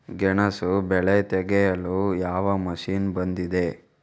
ಗೆಣಸು ಬೆಳೆ ತೆಗೆಯಲು ಯಾವ ಮಷೀನ್ ಬಂದಿದೆ?